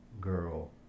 girl